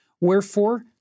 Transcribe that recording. wherefore